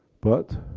but,